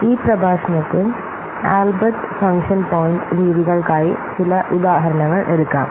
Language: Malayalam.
ഈ പ്രഭാഷണത്തിൽ ആൽബ്രെക്റ്റ് ഫങ്ക്ഷൻ പോയിൻറ് രീതികൾക്കായി ചില ഉദാഹരണങ്ങൾ എടുക്കാം